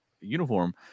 uniform